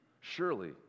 Surely